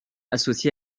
associé